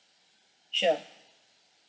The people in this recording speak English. sure